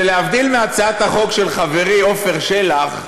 שלהבדיל מהצעת החוק של חברי עפר שלח,